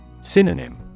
Synonym